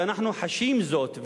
ואנחנו חשים זאת,